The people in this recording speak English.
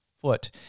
foot